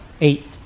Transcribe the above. Eight